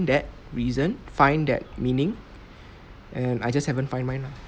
that reason find that meaning and I just haven't find mine lah